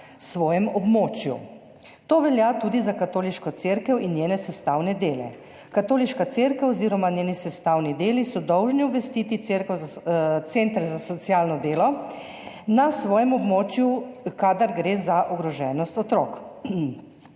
svojem območju. To velja tudi za Katoliško cerkev in njene sestavne dele. Katoliška cerkev oziroma njeni sestavni deli so dolžni obvestiti center za socialno delo na svojem območju, kadar gre za ogroženost otrok.